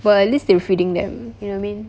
well at least they're feeding them you know what I mean